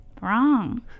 Wrong